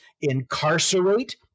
incarcerate